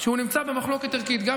זה בשגרה, לא